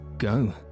Go